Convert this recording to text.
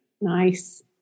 nice